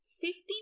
Fifteen